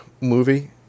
movie